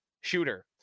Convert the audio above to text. shooter